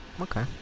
Okay